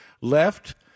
left